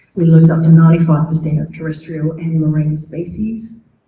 we lose up to ninety five percent of terrestrial and marine species,